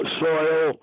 soil